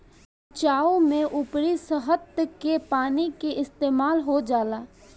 सिंचाईओ में ऊपरी सतह के पानी के इस्तेमाल हो जाला